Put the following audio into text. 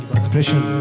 expression